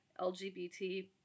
LGBT